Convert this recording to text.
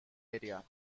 area